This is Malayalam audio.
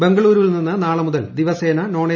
ബംഗളൂരുവിൽ നിന്ന് നാളെ മുതൽ ദിവസേന നോൺ എ